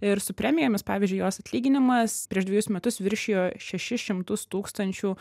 ir su premijomis pavyzdžiui jos atlyginimas prieš dvejus metus viršijo šešis šimtus tūkstančių